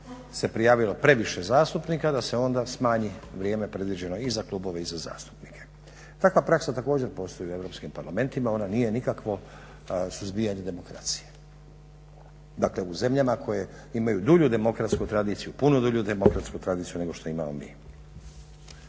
se prijavilo previše zastupnika da se onda smanji vrijeme predviđeno i za klubove i za zastupnike. Takva praksa također postoji u europskim parlamentima, ona nije nikakvo suzbijanje demokracije. Dakle, u zemljama koje imaju dulju demokratsku tradiciju, puno dulju demokratsku tradiciju nego što imamo mi.